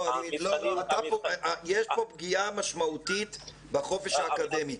יש כאן פגיעה משמעותית בחופש האקדמי.